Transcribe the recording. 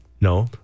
No